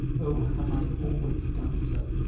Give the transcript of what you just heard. oh, have i always done so?